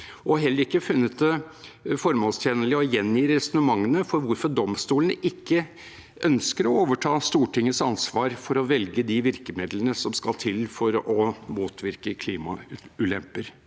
har heller ikke funnet det formålstjenlig å gjengi resonnementene for hvorfor domstole ne ikke ønsker å overta Stortingets ansvar for å velge de virkemidlene som skal til for å motvirke klimaulemper.